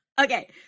Okay